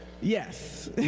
Yes